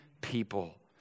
people